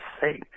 say